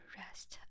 rest